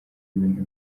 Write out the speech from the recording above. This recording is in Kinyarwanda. ibintu